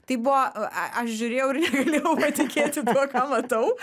tai buvo aš žiūrėjau ir negalėjau patikėti tuo ką matau